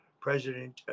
President